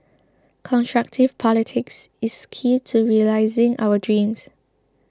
constructive politics is key to realising our dreams